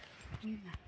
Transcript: ᱦᱩᱭ ᱱᱟ